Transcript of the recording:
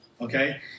okay